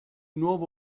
nuovo